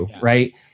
Right